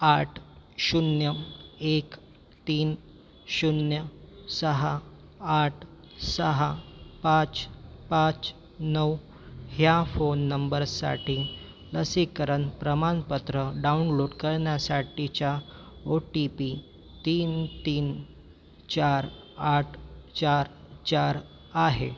आठ शून्य एक तीन शून्य सहा आठ सहा पाच पाच नऊ ह्या फोन नंबरसाठी लसीकरण प्रमाणपत्र डाऊनलोट करण्यासाठीचा ओ टी पी तीन तीन चार आठ चार चार आहे